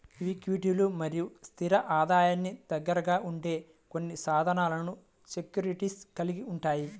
ఈక్విటీలు మరియు స్థిర ఆదాయానికి దగ్గరగా ఉండే కొన్ని సాధనాలను సెక్యూరిటీస్ కలిగి ఉంటాయి